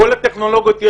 יש כאן את כל הטכנולוגיות ,